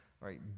right